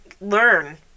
learn